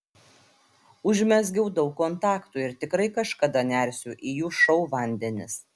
užmezgiau daug kontaktų ir tikrai kažkada nersiu į jų šou vandenis